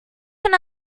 turn